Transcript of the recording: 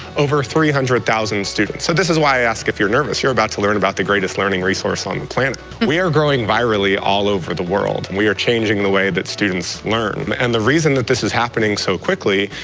over three hundred thousand students. so this is why i ask if you're nervous. you're about to learn about the greatest learning resource on the planet. we are growing virally all over the world and we are changing the way that students learn and the reason that this is happening so quickly,